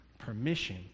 permission